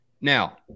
now